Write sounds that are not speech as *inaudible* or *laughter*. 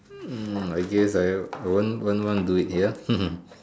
hmm I guess I won't won't want to do it here *laughs*